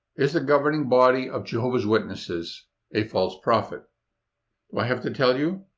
is the governing body of jehovah's witnesses a false prophet? do i have to tell you?